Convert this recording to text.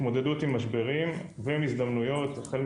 החל מתוכנית יוזמה שהקימה בעצם את התעשייה הזאת בשנות ה-90',